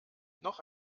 noch